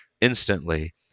instantly